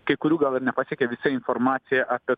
kai kurių gal ir nepasiekia visa informacija apie